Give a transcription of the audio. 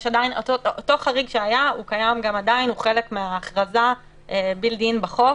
אותו חריג שהיה הוא חלק מההכרזה בילד-אין בחוק.